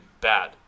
bad